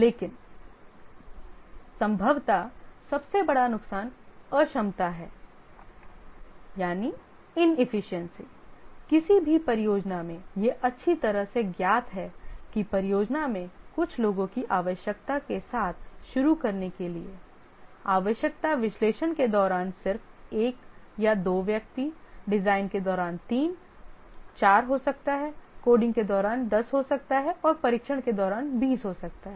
लेकिन संभवतः सबसे बड़ा नुकसान अक्षमता है किसी भी परियोजना में यह अच्छी तरह से ज्ञात है कि परियोजना में कुछ लोगों की आवश्यकता के साथ शुरू करने के लिए आवश्यकता विश्लेषण के दौरान सिर्फ 1 या 2 व्यक्ति डिजाइन के दौरान 3 4 हो सकता है कोडिंग के दौरान 10 हो सकता है और परीक्षण के दौरान 20 हो सकता है